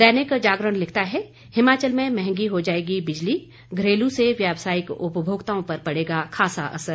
दैनिक जागरण लिखता है हिमाचल में महंगी हो जाएगी बिजली घरेलू से व्यावसायिक उपभोक्ताओं पर पड़ेगा खासा असर